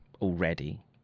already